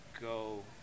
go